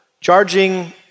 charging